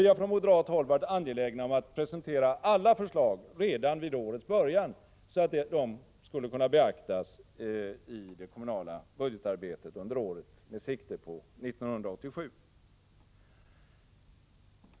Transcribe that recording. Vi har från moderat håll varit angelägna om att presentera alla förslag redan vid årets början, så att de skulle kunna beaktas i det kommunala budgetarbetet under året med sikte på 1987.